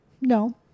No